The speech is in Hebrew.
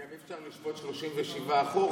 אגב אי-אפשר לשפוט 37 אחורה,